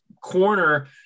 corner